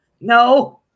no